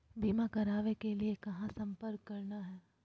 बीमा करावे के लिए कहा संपर्क करना है?